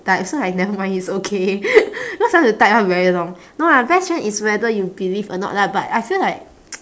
type so like never mind it's okay cause I want to type one very long no lah best friend is whether you believe or not lah but I feel like